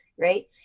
right